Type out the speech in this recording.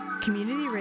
Community